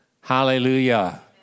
Hallelujah